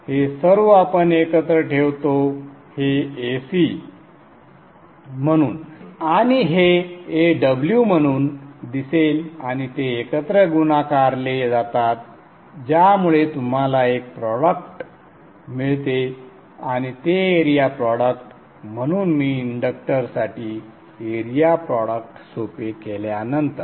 हे सर्व आपण एकत्र ठेवतो हे Ac म्हणून आणि हे Aw म्हणून दिसेल आणि ते एकत्र गुणाकारले जातात ज्यामुळे तुम्हाला एक प्रॉडक्ट मिळते आणि ते एरिया प्रॉडक्ट म्हणून मी इंडक्टरसाठी एरिया प्रॉडक्ट सोपे केल्यानंतर